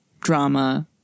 drama